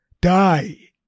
die